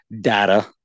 data